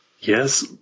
Yes